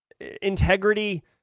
integrity